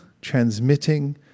transmitting